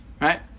right